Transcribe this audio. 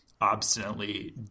obstinately